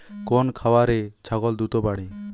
কোন খাওয়ারে ছাগল দ্রুত বাড়ে?